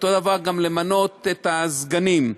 אותו דבר גם למנות את הסגנים.